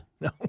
No